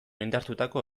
indartutako